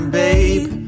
babe